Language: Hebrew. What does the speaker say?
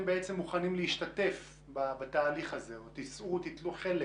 מוכנים להשתתף בתהליך הזה או תישאו בחלק,